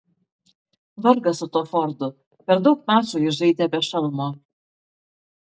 vargas su tuo fordu per daug mačų jis žaidė be šalmo